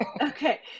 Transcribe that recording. okay